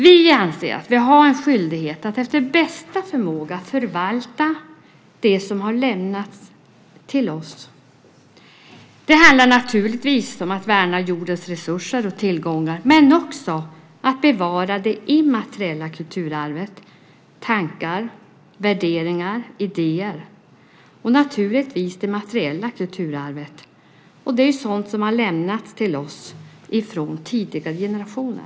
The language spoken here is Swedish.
Vi anser att vi har en skyldighet att efter bästa förmåga förvalta det som har lämnats till oss. Det handlar naturligtvis om att värna jordens resurser och tillgångar men också om att bevara det immateriella kulturarvet - tankar, värderingar och idéer - och naturligtvis det materiella kulturarvet. Det är sådant som har lämnats till oss från tidigare generationer.